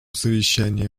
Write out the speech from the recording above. совещании